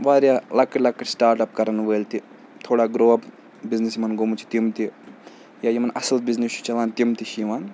واریاہ لَکٕٹۍ لَکٕٹۍ سِٹاٹ اَپ کَرَن وٲلۍ تہِ تھوڑا گرٛواپ بِزنِس یِمَن گوٚمُت چھِ تِم تہِ یا یِمَن اَصٕل بِزنِس چھُ چَلان تِم تہِ چھِ یِوان